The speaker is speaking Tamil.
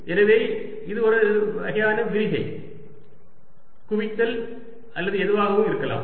எனவே இது ஒரு வகையான விரிகை குவித்தல் அல்லது எதுவாகவும் இருக்கலாம்